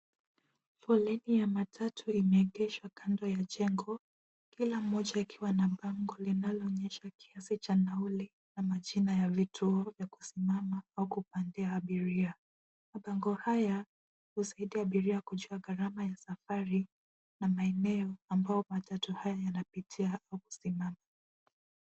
Foleni ya matatu imeegeshwa kando ya jengo, kila moja ikiwa na bango linaloonyesha kiasi cha nauli ama jina ya vituo vya kusimama au kupandia abiria. Mabango haya husaidia abiria kujua gharama ya safari na maeneo ambayo matatu haya yanapitia au kusimama.